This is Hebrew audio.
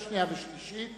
אנחנו שינינו